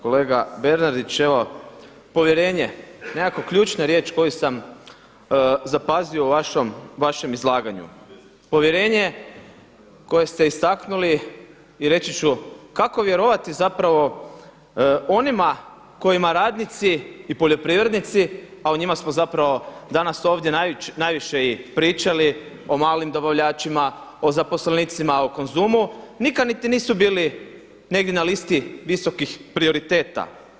Kolega Bernardić evo povjerenje, nekako ključna riječ koju sam zapazio u vašem izlaganju, povjerenje koje ste istaknuli i reći ću kako vjerovati zapravo onima kojima radnici i poljoprivrednici a o njima smo zapravo danas ovdje najviše i pričali o malim dobavljačima, o zaposlenicima u Konzumu nikada niti nisu bili negdje na listi visokih prioriteta.